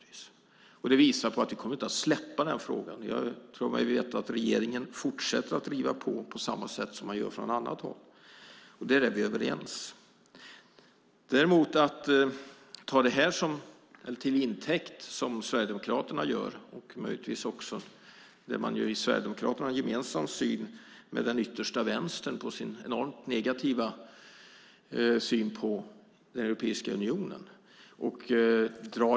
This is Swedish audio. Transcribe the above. Vi kommer inte att släppa den frågan. Jag tror mig veta att regeringen fortsätter att driva på på samma sätt som man gör från annat håll. Där är vi överens. Däremot ska man inte se detta som ett bevis för att vi inte ska vara med i Europeiska unionen, som Sverigedemokraterna gör och där man från Sverigedemokraterna gemensamt med den yttersta vänstern har en enormt negativ syn på Europeiska unionen.